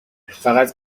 فقط